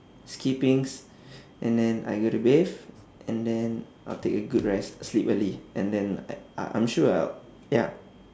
skippings and then I go to bathe and then I'll take a good rest sleep early and then I I'm sure I'll ya